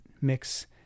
mix